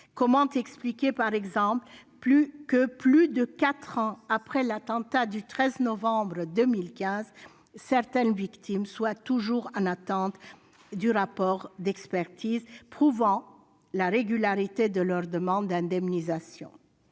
Comment expliquer, par exemple, que, plus de quatre ans après l'attentat du 13 novembre 2015, certaines victimes soient toujours en attente du rapport d'expertise prouvant la régularité de leur demande d'indemnisation ?